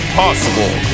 possible